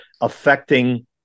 affecting